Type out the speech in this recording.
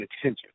attention